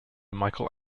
michael